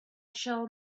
shall